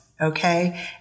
Okay